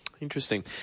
Interesting